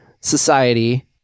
society